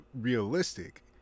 realistic